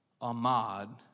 Ahmad